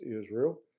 Israel